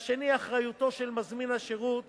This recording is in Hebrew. והשני, אחריותו של מזמין השירות